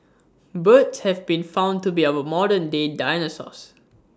birds have been found to be our modern day dinosaurs